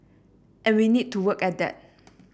and we need to work at that